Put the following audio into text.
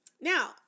now